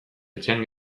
etxean